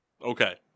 Okay